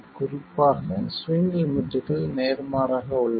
குறிப்பாக ஸ்விங் லிமிட்கள் நேர்மாறாக உள்ளன